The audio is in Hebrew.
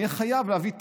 אני אהיה חייב להביא תקן.